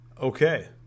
Okay